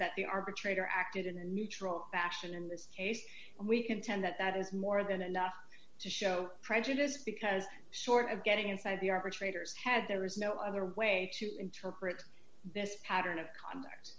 that the arbitrator acted in a neutral fashion in this case we contend that that is more than enough to show prejudice because short of getting inside the average readers has there is no other way to interpret this pattern of conduct